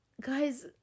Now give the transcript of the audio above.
guys